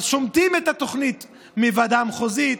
אז שומטים את התוכנית מהוועדה המחוזית.